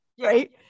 right